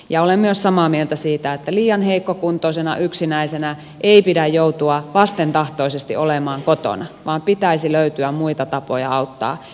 olen myös samaa mieltä siitä että liian heikkokuntoisena yksinäisenä ei pidä joutua vastentahtoisesti olemaan kotona vaan pitäisi löytyä muita tapoja auttaa ihmistä